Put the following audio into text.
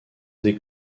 des